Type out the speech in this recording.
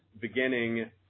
beginning